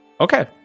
Okay